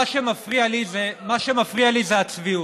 בקדנציה הקודמת, מה שמפריע לי זה הצביעות,